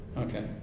Okay